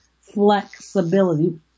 flexibility